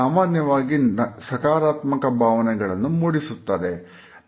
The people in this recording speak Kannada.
ಸಾಮಾನ್ಯವಾಗಿ ಸಕಾರಾತ್ಮಕ ಭಾವನೆಗಳನ್ನು ಮೂಡಿಸುತ್ತದೆ